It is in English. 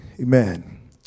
Amen